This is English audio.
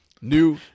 new